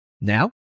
Now